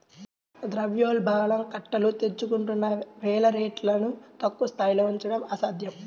ద్రవ్యోల్బణం కట్టలు తెంచుకుంటున్న వేళ రేట్లను తక్కువ స్థాయిలో ఉంచడం అసాధ్యం